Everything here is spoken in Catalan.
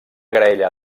graella